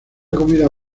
comida